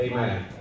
Amen